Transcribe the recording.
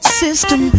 system